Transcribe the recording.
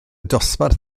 dosbarth